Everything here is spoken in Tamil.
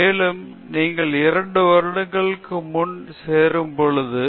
பேராசிரியர் பிரதாப் ஹரிதாஸ் நீங்கள் 2 வருடங்களுக்கு முன் இங்கே சேரும் பொழுது உங்களிடம் பல விஷயங்கள் இருந்தன